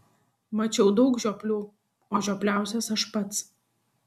mačiau daug žioplių o žiopliausias aš pats